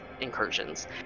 incursions